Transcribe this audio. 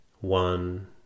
one